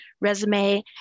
resume